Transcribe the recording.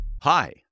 Hi